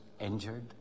injured